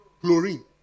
Chlorine